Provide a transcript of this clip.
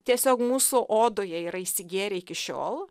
tiesiog mūsų odoje yra įsigėrę iki šiol